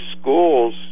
schools